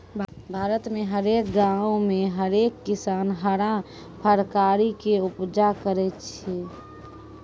भारत मे हरेक गांवो मे हरेक किसान हरा फरकारी के उपजा करै छै